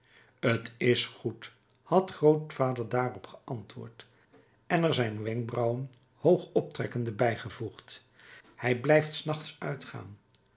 t is goed had grootvader daarop geantwoord en er zijn wenkbrauwen hoog optrekkende bijgevoegd hij blijft s nachts uitgaan